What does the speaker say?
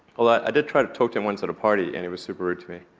although i did try to talk to him once at a party, and he was super rude to me.